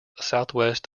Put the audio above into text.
southwest